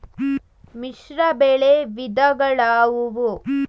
ಮಿಶ್ರಬೆಳೆ ವಿಧಗಳಾವುವು?